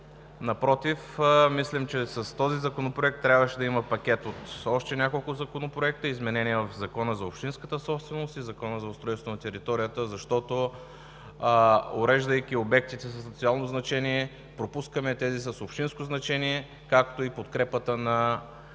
Напротив, мислим, че с този законопроект трябваше да има пакет от още няколко – изменение в Закона за общинската собственост и в Закона за устройство на територията, защото, уреждайки обектите с национално значение, пропускаме тези с общинско значение, както и подкрепата на